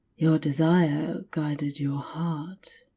your desire guided your heart.